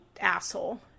asshole